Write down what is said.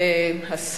תודה רבה,